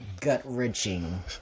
gut-wrenching